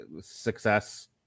success